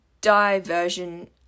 diversion